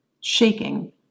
shaking